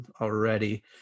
already